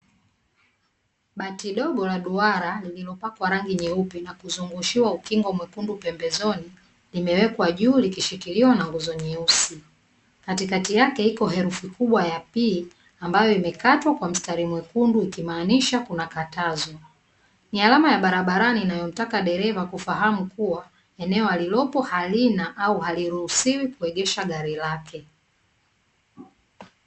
Bati dogo la duara lililopakwa rangi nyeupe na kuzungushiwa ukingo mwekundu pembezoni, limewekwa juu likishikiliwa na nguzo nyeusi katikati yake ipo herufi kubwa ya "P" ambayo imekatwa kwa mstari mwekundu ikimaanisha kuna katazo ni alama ya barabarani inayomtaka dereva kufahamu kuwa eneo alilopo hakuna au haliruhusiwi gari lake.